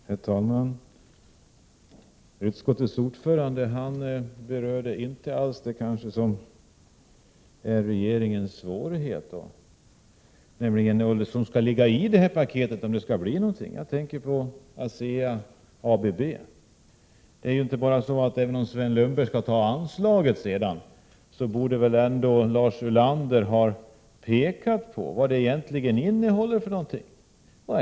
Herr talman! Utskottets ordförande berörde inte alls det som är det svåra för regeringen, nämligen vad som skall ligga i paketet. Jag tänker på ASEA-BBC. Även om Sven Lundberg skall ta anslaget sedan, borde väl ändå Lars Ulander ha pekat på vad det innehåller för någonting.